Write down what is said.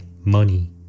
money